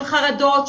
של חרדות,